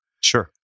Sure